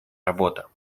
работа